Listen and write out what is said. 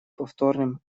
повторным